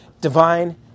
divine